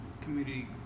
community